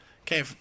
Okay